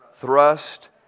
Thrust